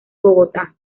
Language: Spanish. bogotá